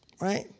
Right